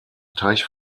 teich